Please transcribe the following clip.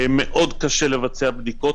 קשה מאוד לבצע בדיקות.